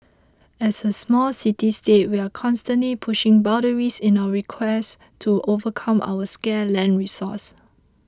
as a small city state we are constantly pushing boundaries in our request to overcome our scarce land resource